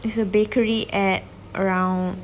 it's a bakery at around